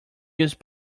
use